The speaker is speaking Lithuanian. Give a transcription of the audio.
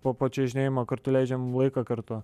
po po čiuožinėjima kartu leidžiam laiką kartu